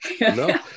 no